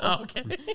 Okay